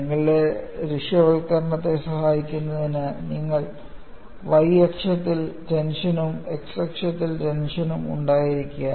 നിങ്ങളുടെ ദൃശ്യവൽക്കരണത്തെ സഹായിക്കുന്നതിന് നിങ്ങൾ y അക്ഷത്തിൽ ടെൻഷനും x അക്ഷത്തിൽ ടെൻഷനും ഉണ്ടായിരിക്കുക